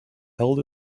held